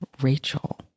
Rachel